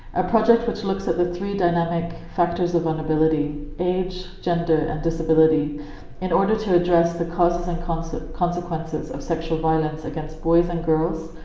a project which looks at the three dynamic factors of vulnerability age, gender and disability in order to address the causes and ah consequences of sexual violence against boys and girls,